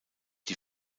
die